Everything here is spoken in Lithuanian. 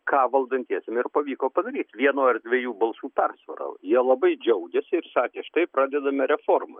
ką valdantiesiem ir pavyko padaryti vieno ar dviejų balsų persvara jie labai džiaugėsi ir sakė štai pradedame reformas